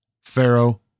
Pharaoh